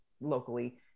locally